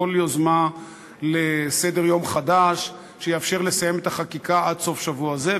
יוזמה לסדר-יום חדש שיאפשר לסיים את החקיקה עד סוף שבוע זה.